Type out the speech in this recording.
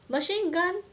machine guns